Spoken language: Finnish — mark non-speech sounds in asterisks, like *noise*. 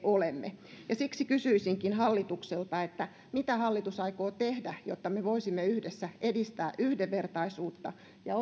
olemme siksi kysyisinkin hallitukselta mitä hallitus aikoo tehdä jotta me voisimme yhdessä edistää yhdenvertaisuutta ja *unintelligible*